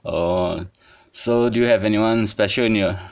err so do you have any one special in your